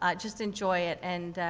ah just enjoy it, and,